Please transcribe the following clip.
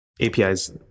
APIs